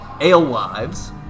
Alewives